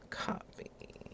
copy